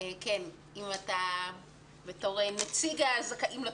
בתור נציג הזכאים לתוכנית,